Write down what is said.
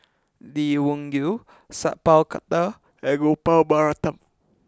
Lee Wung Yew Sat Pal Khattar and Gopal Baratham